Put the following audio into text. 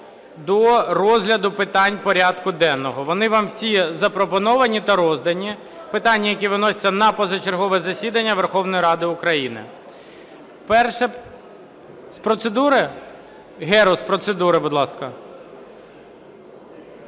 до розгляду питань порядку денного. Вони вам всі запропоновані та роздані, питання, які виносяться на позачергове засідання Верховної Ради України. Перше… З процедури? Герус, з процедури, будь ласка.